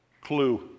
Clue